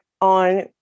on